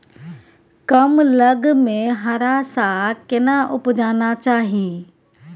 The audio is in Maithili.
कम लग में हरा साग केना उपजाना चाही?